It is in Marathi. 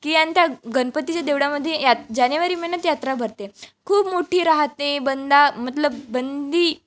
की आणि त्या गणपतीच्या देवळामधे यात् जानेवारी महिन्यात यात्रा भरते खूप मोठी राहते बंदा मतलब बंदी